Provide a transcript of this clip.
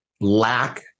Lack